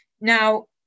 Now